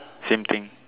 same thing